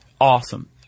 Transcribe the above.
awesome